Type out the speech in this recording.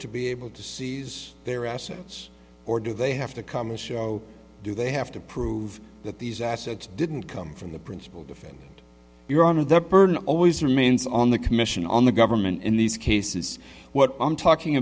to be able to seize their assets or do they have to come and show do they have to prove that these assets didn't come from the principle defend your honor the burden always remains on the commission on the government in these cases what i'm talking